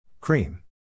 Cream